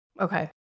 Okay